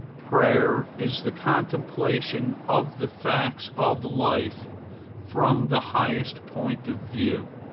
prayer is the contemplation of the facts of life from the highest point of view.